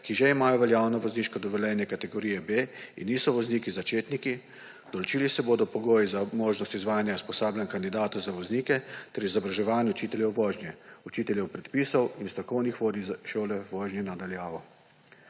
ki že imajo veljavno vozniško dovoljenje kategorije B in niso vozniki začetniki. Določili se bodo pogoji za možnost izvajanja usposabljanja kandidatov za voznike ter izobraževanj učiteljev vožnje, učiteljev predpisov in strokovnih vodij šol vožnje na daljavo.